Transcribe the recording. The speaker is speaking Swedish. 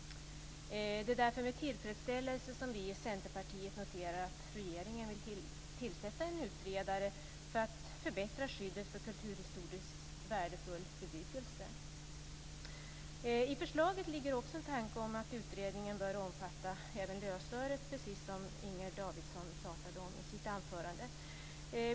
Det är därför med tillfredsställelse som vi i Centerpartiet noterar att regeringen vill tillsätta en utredare för att förbättra skyddet för kulturhistoriskt värdefull bebyggelse. I förslaget ligger också en tanke om att utredningen bör omfatta även lösöret, precis som Inger Davidson talade om i sitt anförande.